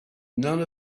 none